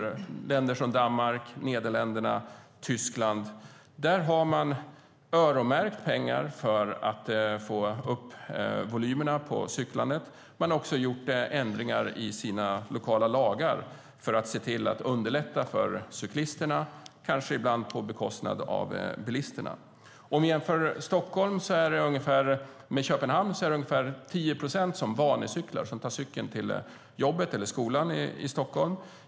I länder som Danmark, Nederländerna och Tyskland har man öronmärkt pengar för att få upp volymerna på cyklandet. Man har också gjort ändringar i sina lokala lagar för att se till att underlätta för cyklisterna, ibland kanske på bekostnad av bilisterna. Vi kan jämföra Stockholm med Köpenhamn. Det är ungefär 10 procent som vanecyklar, det vill säga som tar cykeln till jobbet eller skolan i Stockholm.